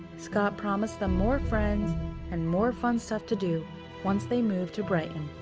scott promised them more friends and more fun stuff to do once they moved to brighton.